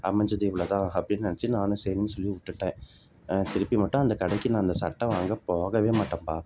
அமைஞ்சது இவ்வளோ தான் அப்படின்னு நினைச்சி நானும் சரின்னு சொல்லி விட்டுட்டேன் திருப்பி மட்டும் அந்த கடைக்கு நான் அந்த சட்டை வாங்க போக மாட்டேன்ப்பா